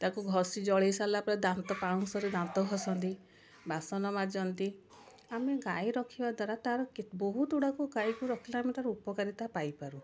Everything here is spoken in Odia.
ତାକୁ ଘଷି ଜଳେଇ ସାରିଲା ପରେ ଦାନ୍ତ ପାଊଁଶରେ ଦାନ୍ତ ଘଷନ୍ତି ବାସନ ମାଜନ୍ତି ଆମେ ଗାଈ ରଖିବା ଦ୍ଵାରା ତାର କେ ବହୁତ ଗୁଡ଼ାକୁ ଗାଈକି ରଖିଲେ ଆମେ ତାର ଉପକାରିତା ପାଇପାରୁ